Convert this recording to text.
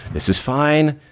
this is fine.